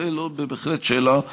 זו בהחלט שאלה גדולה.